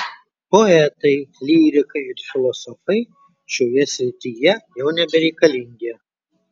poetai lyrikai ir filosofai šioje srityje jau nebereikalingi